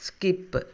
skip